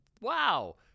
Wow